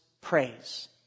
praise